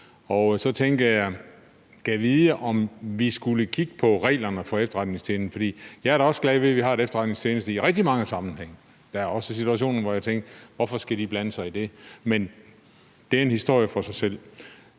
og så tænker jeg: Gad vide, om vi skulle kigge på reglerne for efterretningstjenesten? For jeg er da i rigtig mange sammenhænge også glad ved, at vi har en efterretningstjeneste, men der er jo også situationer, hvor jeg tænker: Hvorfor skal de blande sig i det? Men det er en historie for sig selv.